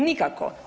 Nikako.